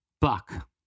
buck